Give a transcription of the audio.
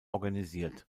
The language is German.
organisiert